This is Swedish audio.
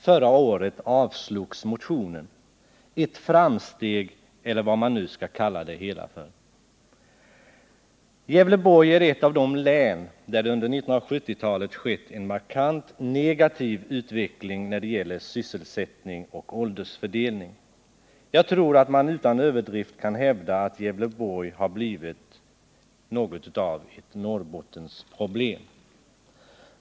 Förra året avslogs min motion — behandlingen i år är dårför kanske ett framsteg, eller vad man nu skall kalla det för. Gävleborg är ett av de län som under 1970-talet haft en markant negativ utveckling när det gäller sysselsättning och åldersfördelning. Jag tror att man utan överdrift kan hävda att Gävleborg har blivit något av ett Norrbottensproblem.